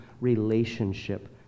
relationship